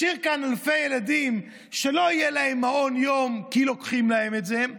השאיר כאן אלפי ילדים שלא יהיה להם מעון יום כי לוקחים להם את זה,